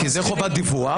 כי זו חובת דיווח.